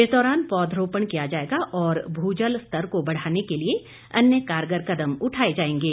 इस दौरान पौध रोपण किया जाएगा और भू जल स्तर को बढ़ाने के लिए अन्य कारगर कदम उठाए जाएंगे